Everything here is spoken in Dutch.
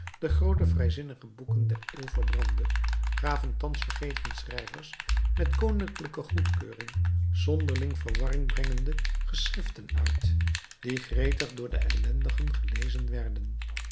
de groote vrijzinnige boeken der eeuw verbrandde gaven thans vergeten schrijvers met koninklijke goedkeuring zonderling verwarring brengende geschriften uit die gretig door de ellendigen gelezen werden